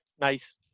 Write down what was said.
nice